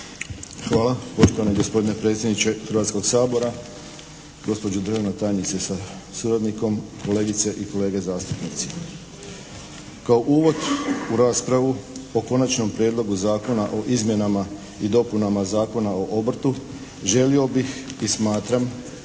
Hvala poštovani gospodine predsjedniče Hrvatskog sabora, gospođo državna tajnice sa suradnikom, kolegice i kolege zastupnici. Kao uvod u raspravu o Konačnom prijedlogu Zakona o izmjenama i dopunama Zakona o obrtu, želio bih i smatram